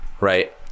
right